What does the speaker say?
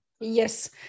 Yes